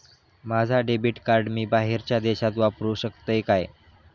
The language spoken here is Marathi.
माझा डेबिट कार्ड मी बाहेरच्या देशात वापरू शकतय काय?